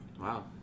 Wow